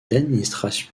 d’administration